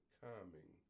calming